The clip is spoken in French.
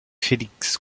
félix